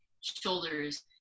shoulders